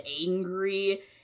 angry